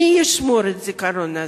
מי ישמור על הזיכרון הזה,